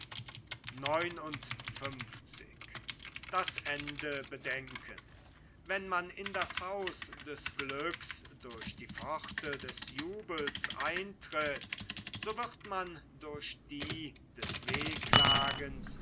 wenn man in das haus des glücks durch die pforte des jubels eintritt so wird man durch die des